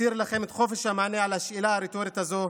אותיר לכם את חופש המענה על השאלה הרטורית הזאת.